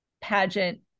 pageant